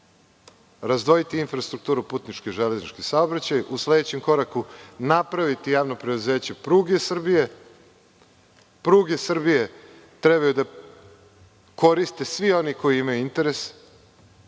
izdvojiti infrastrukturu, putnički i železnički saobraćaj. U sledećem koraku napraviti javno preduzeće – pruge Srbije. Pruge Srbije trebaju da koriste svi oni koji imaju interes,